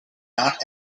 not